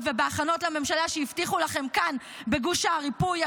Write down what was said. ובהכנות לממשלה שהבטיחו לכם כאן בגוש הריפוי,